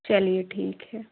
चलिए ठीक है